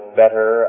better